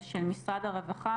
משרד הרווחה,